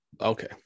Okay